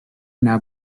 now